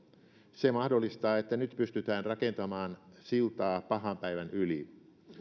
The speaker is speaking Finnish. se mahdollistaa että nyt pystytään rakentamaan siltaa pahan päivän yli